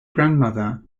grandmother